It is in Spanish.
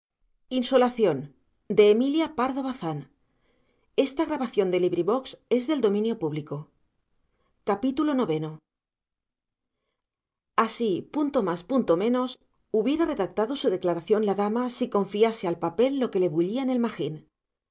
hace así punto más punto menos hubiera redactado su declaración la dama si confiase al papel lo que le bullía en el magín